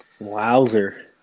Wowzer